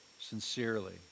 sincerely